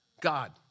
God